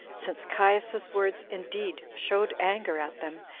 since caius's words indeed showed anger at them,